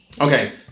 okay